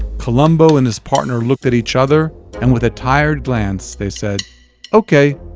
columbo and his partner looked at each other and with a tired glance they said ok,